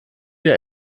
der